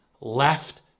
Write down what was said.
left